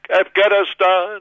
Afghanistan